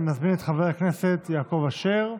אני מזמין את חבר הכנסת יעקב אשר,